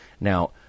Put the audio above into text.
Now